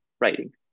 writing